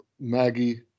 Maggie